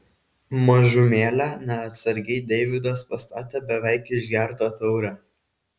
mažumėlę neatsargiai deividas pastatė beveik išgertą taurę